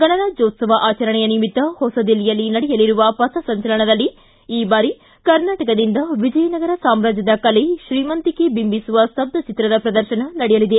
ಗಣರಾಜ್ಯೋತ್ಸವ ಆಚರಣೆಯ ನಿಮಿತ್ತ ಹೊಸದಿಲ್ಲಿಯಲ್ಲಿ ನಡೆಯಲಿರುವ ಪಥಸಂಚಲನದಲ್ಲಿ ಈ ಬಾರಿ ಕರ್ನಾಟಕದಿಂದ ವಿಜಯನಗರ ಸಾಮ್ರಾಜ್ಯದ ಕಲೆ ಶ್ರೀಮಂತಿಕೆ ಬಿಂಬಿಸುವ ಸ್ತಬ್ಧಚಿತ್ರದ ಪ್ರದರ್ಶನ ನಡೆಯಲಿದೆ